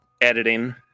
editing